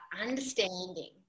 understanding